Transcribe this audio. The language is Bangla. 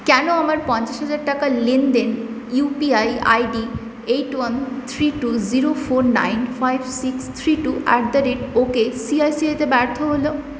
কেন আমার পঞ্চাশ হাজার টাকা লেনদেন U P I ID eight one three two zero four nine five six three two at the rate ok I C I C আইতে ব্যর্থ হল